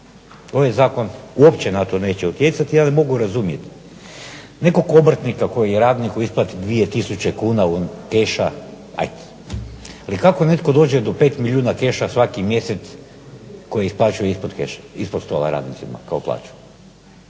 Ovaj zakon uopće na to neće utjecati, ali mogu razumjeti nekog obrtnika koji radniku isplati dvije tisuće kuna keša ajde, ali kako netko dođe do 5 milijuna keša svaki mjesec koji isplaćuje ispod stola radnicima kao plaću?